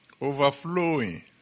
Overflowing